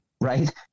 Right